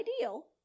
ideal